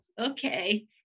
okay